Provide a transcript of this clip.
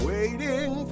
Waiting